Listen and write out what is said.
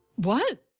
what?